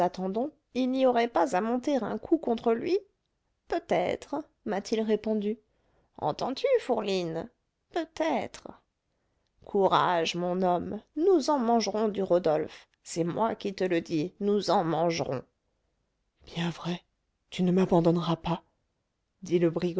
il n'y aurait pas à monter un coup contre lui peut-être m'a-t-il répondu entends-tu fourline peut-être courage mon homme nous en mangerons du rodolphe c'est moi qui te le dis nous en mangerons bien vrai tu ne m'abandonneras pas